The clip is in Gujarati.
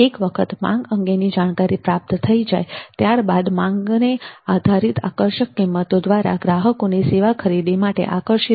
એક વખત માંગ અંગેની જાણકારી પ્રાપ્ત થઇ જાય ત્યારબાદ માંગને આધારિત આકર્ષક કિંમતો દ્વારા ગ્રાહકોને સેવા ખરીદી માટે આકર્ષિત કરી શકાય છે